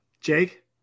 Jake